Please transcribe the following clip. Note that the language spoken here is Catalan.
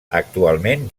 actualment